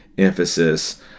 emphasis